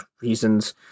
reasons